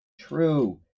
true